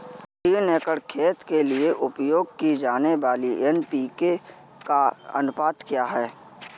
तीन एकड़ खेत के लिए उपयोग की जाने वाली एन.पी.के का अनुपात क्या है?